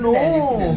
no